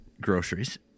groceries